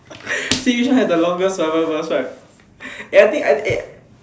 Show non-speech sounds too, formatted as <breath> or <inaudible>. <breath> see which one has the longest bible verse right eh I think eh